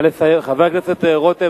הרחקת את הימין